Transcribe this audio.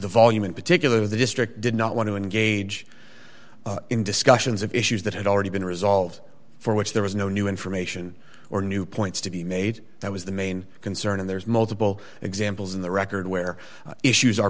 the volume in particular the district did not want to engage in discussions of issues that had already been resolved for which there was no new information or new points to be made that was the main concern and there's multiple examples in the record where issues are